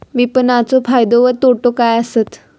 विपणाचो फायदो व तोटो काय आसत?